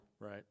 Right